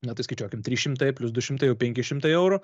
na tai skaičiuokim trys šimtai plius du šimtai jau penki šimtai eurų